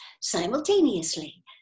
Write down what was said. simultaneously